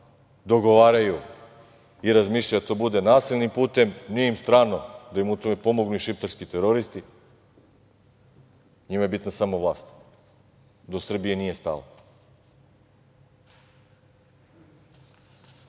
dogovaraju i razmišljaju da to bude nasilnim putem, nije im strano da im u tome pomognu i šiptarski teroristi, njima je bitna samo vlast, do Srbije nije stalo. Što